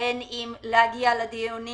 בין אם להגיע לדיונים